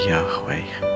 Yahweh